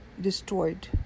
destroyed